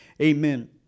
Amen